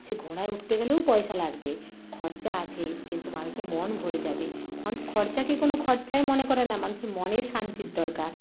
সে ঘোড়ায় উঠতে গেলেও পয়সা লাগবে খরচা আছে কিন্তু মানুষের মন ভরে যাবে মানুষ খরচাকে কোন খরচাই মনে করে না মানুষের মনের শান্তির দরকার